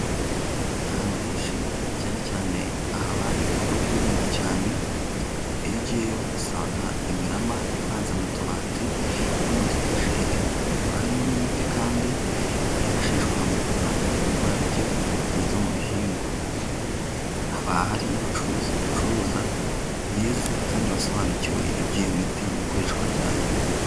Ahantu henshi cyane cyane ahaba ibikorwa by'ubuhinzi cyane iyo ugiyeyo usanga imirama ipanze mu tubati no mu dutageri, harimo n'imiti kandi yifashishwa mu kurwanya indwara zigiye zitandukanye zo mu bihingwa, haba hari n'abacuruzi bacuruza bize kandi basobanukiwe iby'iyo miti n'ikoreshwa ryayo.